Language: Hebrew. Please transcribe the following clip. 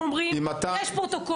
מה שאתם אומרים וזה לא נרשם בפרוטוקול.